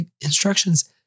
instructions